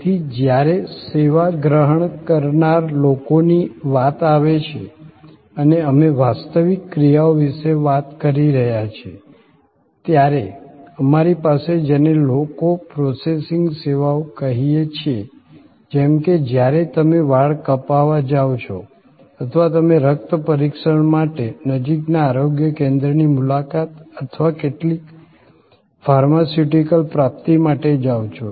તેથી જ્યારે સેવા ગ્રહણ કરનાર લોકોની વાત આવે છે અને અમે વાસ્તવિક ક્રિયાઓ વિશે વાત કરી રહ્યા છીએ ત્યારે અમારી પાસે જેને લોકો પ્રોસેસિંગ સેવાઓ કહીએ છીએ જેમ કે જ્યારે તમે વાળ કપાવા જાઓ છો અથવા તમે રક્ત પરીક્ષણ માટે નજીકના આરોગ્ય કેન્દ્રની મુલાકાત અથવા કેટલીક ફાર્માસ્યુટિકલ પ્રાપ્તિ માટે જાવ છો